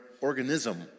organism